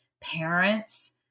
parents